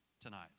tonight